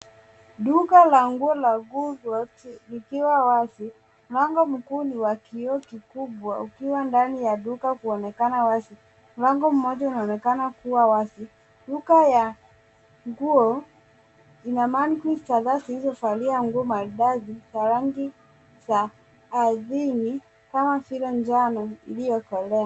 Duka la nguo la Woolworths, likiwa wazi. Mlango mkuu ni wa kioo kikubwa, ukiwa ndani ya duka kuonaonekana wazi, Mlango mmoja unaonekana kuwa wazi. Duka ya nguo ina Mannequins kadhaa zilizovalia nguo mbalimbali za rangi za ardhini kama vile njano iliyokolea.